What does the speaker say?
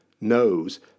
knows